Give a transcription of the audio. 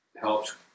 helps